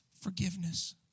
forgiveness